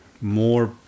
more